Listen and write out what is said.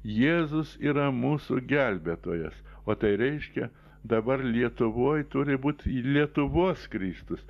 jėzus yra mūsų gelbėtojas o tai reiškia dabar lietuvoj turi būt lietuvos kristus